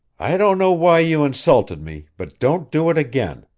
i don't know why you insulted me, but don't do it again!